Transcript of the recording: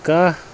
کہہ